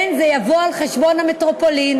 כן, זה יבוא על חשבון המטרופולין,